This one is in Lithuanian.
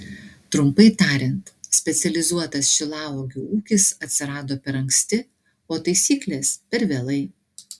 trumpai tariant specializuotas šilauogių ūkis atsirado per anksti o taisyklės per vėlai